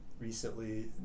recently